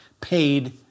paid